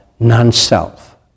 non-self